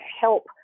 help